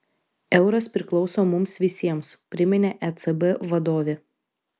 euras priklauso mums visiems priminė ecb vadovė